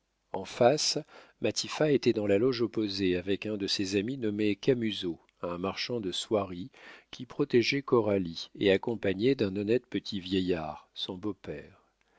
en face matifat était dans la loge opposée avec un de ses amis nommé camusot un marchand de soieries qui protégeait coralie et accompagné d'un honnête petit vieillard son beau-père